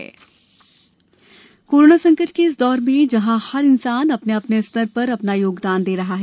corona नेकी corona संकट के इस दौर में जहां हर इंसान अपने अपने स्तर पर अपना योगदान दे रहा है